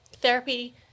Therapy